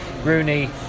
Rooney